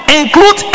include